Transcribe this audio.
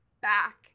back